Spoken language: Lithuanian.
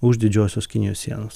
už didžiosios kinijos sienos